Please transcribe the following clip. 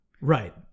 Right